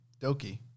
Doki